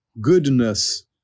goodness